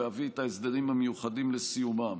להביא את ההסדרים המיוחדים לסיומם.